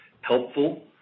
helpful